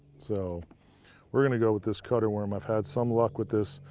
so we're going to go with this cut-r worm. i have had some luck with this.